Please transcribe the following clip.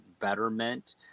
betterment